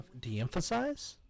Deemphasize